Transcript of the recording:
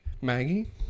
Maggie